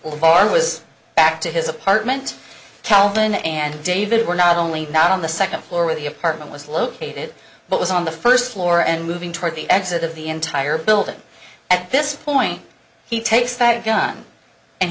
the bar was back to his apartment calvin and david were not only not on the second floor with the apartment was located but was on the first floor and moving toward the exit of the entire building at this point he takes that gun and